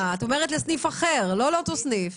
את מדברת על סניף אחר, לא על אותו סניף?